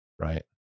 right